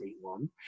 one